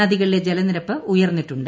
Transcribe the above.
നദികളിലെ ജലനിരപ്പ് ഉയർന്നിട്ടുണ്ട്